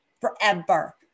forever